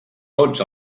tots